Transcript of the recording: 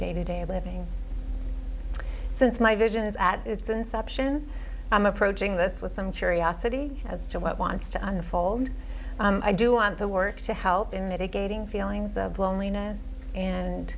day to day living since my vision is at its inception i'm approaching this with some curiosity as to what wants to unfold i do want the work to help in that it gating feelings of loneliness and